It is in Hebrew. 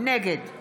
נגד